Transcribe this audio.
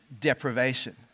deprivation